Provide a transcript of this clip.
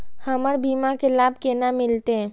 हमर बीमा के लाभ केना मिलते?